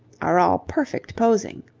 are all perfect posing.